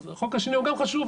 אז החוק השני הוא גם חשוב,